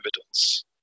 evidence